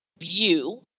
view